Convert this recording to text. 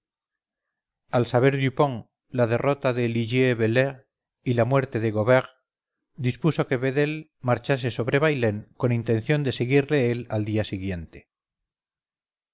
al saber dupont la derrota de ligier belair y la muerte de gobert dispuso que vedel marchase sobre bailén con intención de seguirle él al día siguiente